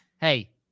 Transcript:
Hey